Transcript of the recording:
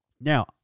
Now